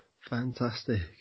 Fantastic